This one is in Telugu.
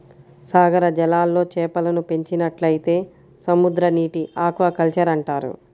సాగర జలాల్లో చేపలను పెంచినట్లయితే సముద్రనీటి ఆక్వాకల్చర్ అంటారు